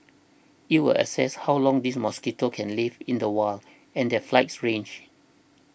it will assess how long these mosquitoes can live in the wild and their flights range